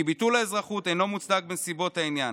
כי ביטול האזרחות אינו מוצדק בנסיבות העניין.